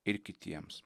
ir kitiems